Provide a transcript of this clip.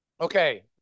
okay